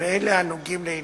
ואלה הנוגעים לילדים.